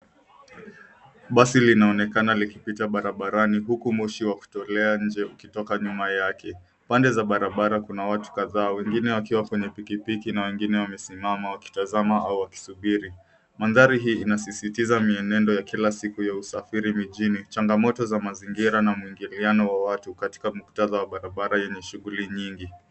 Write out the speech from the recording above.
Basi linaonekana likipita barabarani huku moshi wa kutolea nje ukitoka nyuma yake. Pande za barabara kuna watu kadhaa wengine wakiwa kwenye pikipiki na wengine wamesimama wakitazama au wakisuburi. Mandhari hii inasisitiza mienendo ya kila siku ya usafiri mijini. Changamoto za mazingira na muingiliano wa watu katika muktadha wa barabara yenye shughuli nyingi.